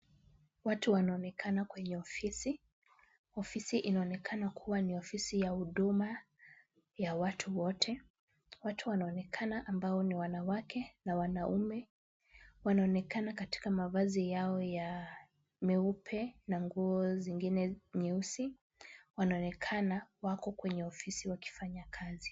Watu wanaonekana kwenye ofisi. Ofisi inaonekana kuwa ni ofisi ya huduma ya watu wote. Watu wanaonekana ambao ni wanawake na wanaume. Wanaonekana katika mavazi yao ya meupe na nguo zingine nyeusi. Wanaonekana wako kwenye ofisi wakifanya kazi.